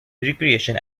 recreation